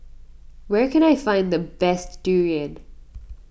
where can I find the best Durian